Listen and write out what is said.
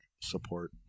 support